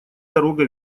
дорога